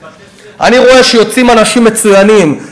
בתי-ספר, אני רואה שיוצאים אנשים מצוינים,